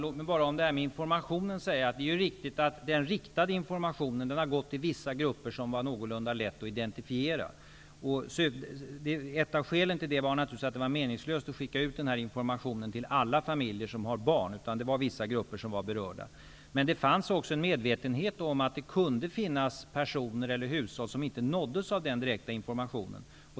Herr talman! Det är riktigt att den riktade informationen har gått till vissa grupper som var någorlunda lätta att indentifiera. Ett av skälen till det var att det var meningslöst att skicka ut informationen till alla familjer som har barn. Det var endast vissa grupper som var berörda. Det fanns också en medvetenhet om att det kunde finnas personer eller hushåll som inte nåddes av den direkta informationen.